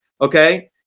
Okay